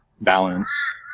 balance